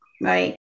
right